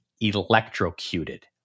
electrocuted